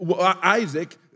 Isaac